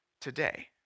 today